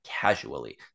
casually